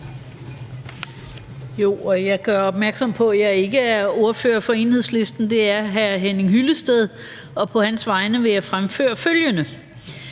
Jeg gør opmærksom på, at jeg normalt ikke er ordfører for Enhedslisten på det her område, det er hr. Henning Hyllested, og på hans vegne vil jeg fremføre følgende: